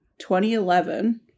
2011